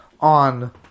on